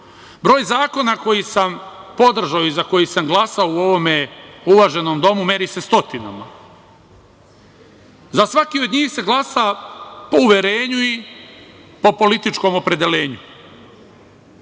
Broj zakona koji sam podržao i za koji sam glasao u ovome uvaženom domu meri se stotinama. Za svaki od njih se glasa po uverenju i po političkom opredeljenju.